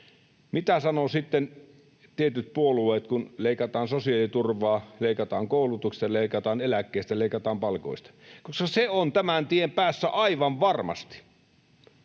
Mitä sanovat sitten tietyt puolueet, kun leikataan sosiaaliturvaa, leikataan koulutuksesta, leikataan eläkkeistä, leikataan palkoista? Se on tämän tien päässä aivan varmasti.